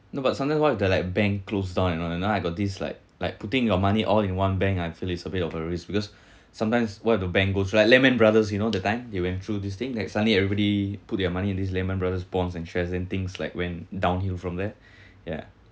no but sometimes what if the like bank closed down and all you know I got this like like putting your money all in one bank I feel is a bit of a risk because sometimes what if the banks goes like lehman brothers you know that time they went through this thing next suddenly everybody put their money in this Lehman Brothers bonds and shares then things like went downhill from there yeah